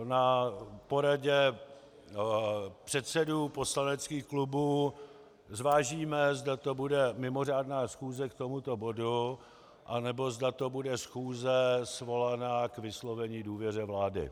Na poradě předsedů poslaneckých klubů zvážíme, zda to bude mimořádná schůze k tomuto bodu, anebo zda to bude schůze svolaná k vyslovení důvěře vlády.